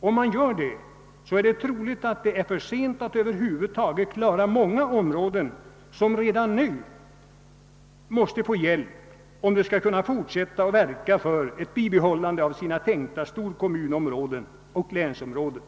Handlar regeringen på det sättet är det troligt att det sedan är för sent att över huvud taget kunna klara många av de områden som redan nu måste få hjälp om man skall kunna bibehålla de tänkta storkommunområdena och länsområdena.